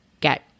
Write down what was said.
get